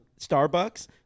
Starbucks